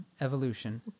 Evolution